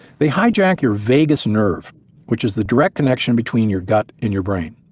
they hijack your vagus nerve which is the direct connection between your gut and your brain,